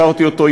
הכרתי אותו.